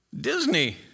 Disney